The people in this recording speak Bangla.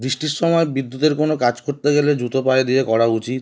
বৃষ্টির সময় বিদ্যুতের কোনো কাজ করতে গেলে জুতো পায়ে দিয়ে করা উচিত